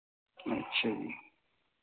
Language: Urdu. اچھا جی